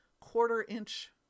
quarter-inch